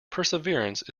perseverance